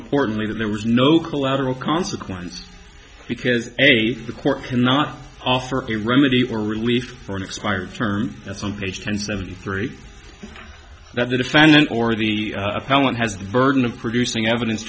importantly that there was no collateral consequence because eighth the court cannot offer a remedy or relief for an expired term that's on page ten seventy three that the defendant or the appellant has the burden of producing evidence